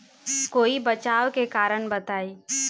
कोई बचाव के कारण बताई?